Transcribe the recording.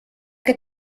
que